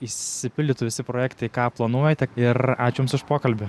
išsipildytų visi projektai ką planuojate ir ačiū jums už pokalbį